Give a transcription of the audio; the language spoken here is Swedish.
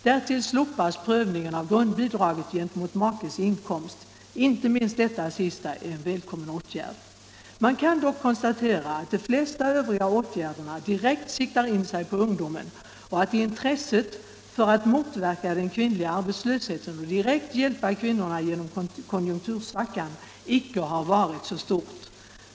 Därtill slopas prövningen av grundbidraget gentemot makes inkomst. Inte minst detta sista är en välkommen åtgärd. Man kan dock konstatera att de flesta övriga åtgärderna direkt siktar in sig på ungdomen och att intresset för att motverka den kvinnliga arbetslösheten och direkt hjälpa kvinnorna genom konjunktursvackan icke varit så stort.